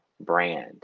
brand